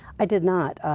i did not.